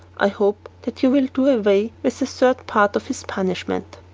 i hope that you will do away with a third part of his punishment?